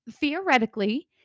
theoretically